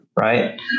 Right